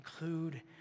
include